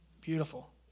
Beautiful